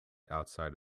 outside